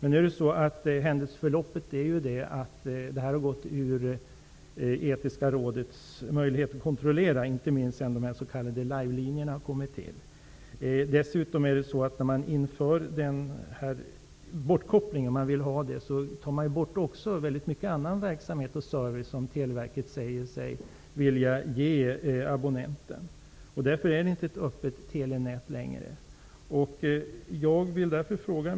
Nu är händelseförloppet det att Etiska rådet har förlorat möjligheten att kontrollera detta, inte minst sedan de s.k. live-linjerna kom till. Vid urkoppling tar man bort också väldigt mycket annan verksamhet och service som Televerket säger sig vilja ge abonnenten. Därför är det inte längre ett öppet telenät.